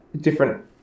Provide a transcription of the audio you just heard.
different